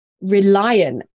reliant